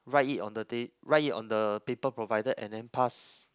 write it on the ta~ write it on the paper provided and then pass